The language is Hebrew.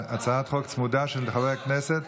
הצעת חוק צמודה של חבר הכנסת